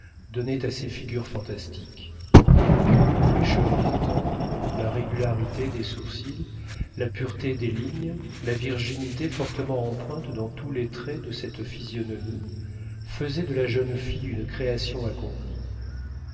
donnait à ses figures fantastiques la fraîcheur des tempes la régularité des sourcils la pureté des lignes la virginité fortement empreinte dans tous les traits de cette physionomie faisaient de la jeune fille une création accomplie